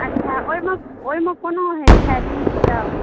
अच्छा ओहिमे ओहिमे कोना होइत छै बिध सभ